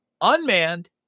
unmanned